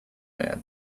man